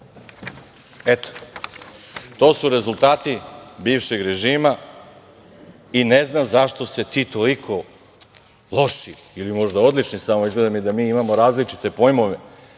su rezultati bivšeg režima i ne znam zašto se ti toliko loši ili možda odlični, samo izgleda da mi imamo različite pojmove,